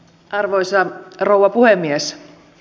arvoisa rouva puhemies